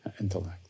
intellect